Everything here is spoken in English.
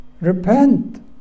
repent